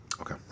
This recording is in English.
Okay